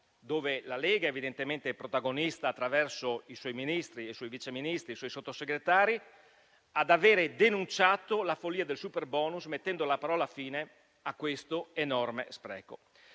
cui la Lega è protagonista attraverso i suoi Ministri, Vice Ministri e Sottosegretari, ad aver denunciato la follia del superbonus, mettendo la parola fine a questo enorme spreco.